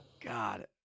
God